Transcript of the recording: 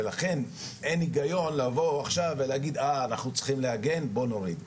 ולכן אין היגיון להגיד עכשיו אנחנו צריכים להגן בואו נוריד.